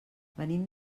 venim